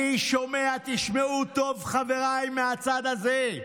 תשמעו טוב, חבריי מהצד הזה,